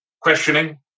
Questioning